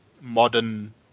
modern